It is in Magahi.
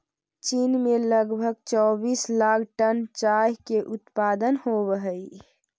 चीन में लगभग चौबीस लाख टन चाय के उत्पादन होवऽ हइ